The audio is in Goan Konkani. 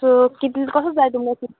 सो कितली कसो जाय तुमकां कित